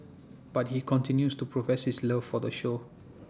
but he continues to profess his love for the show